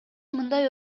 мындай